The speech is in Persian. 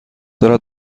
دارد